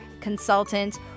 consultant